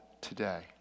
today